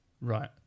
Right